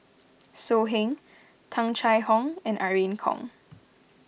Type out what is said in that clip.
So Heng Tung Chye Hong and Irene Khong